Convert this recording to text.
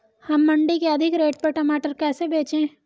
हम मंडी में अधिक रेट पर टमाटर कैसे बेचें?